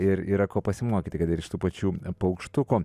ir yra ko pasimokyti kad ir iš tų pačių paukštukų